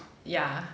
yeah